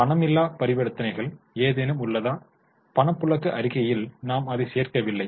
பணமில்லா பரிவர்த்தனைகள் ஏதேனும் உள்ளதா பணப்புழக்க அறிக்கையில் நாம் அதை சேர்க்கவில்லை